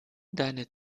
deine